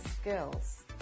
skills